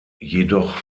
jedoch